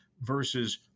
Versus